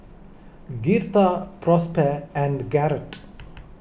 Girtha Prosper and Garrett